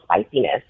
spiciness